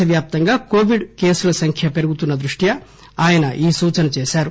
దేశవ్యాప్తంగా కోవిడ్ కేసుల సంఖ్య పెరుగుతున్న దృష్ట్యా ఆయన ఈ సూచన చేశారు